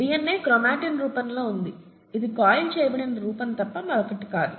DNA chromatin రూపంలో ఉంది ఇది కాయిల్ చేయబడిన రూపం తప్ప మరొకటి కాదు